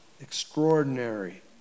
Extraordinary